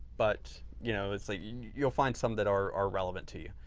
but you know it's like you'll find some that are are relevant to you.